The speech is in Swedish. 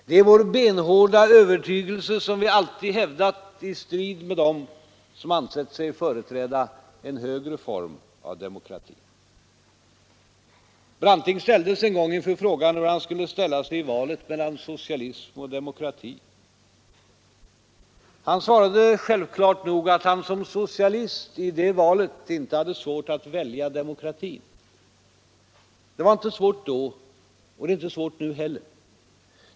Det är vår benhårda övertygelse som vi alltid hävdat i strid med dem som ansett sig företräda en högre form av demokrati. Hjalmar Branting ställdes en gång inför frågan hur han skulle ställa sig i valet mellan socialism och demokrati. Han svarade självklart nog att han som socialist i det valet inte hade svårt att välja demokratin. Det var inte svårt då, och det är inte svårt nu heller.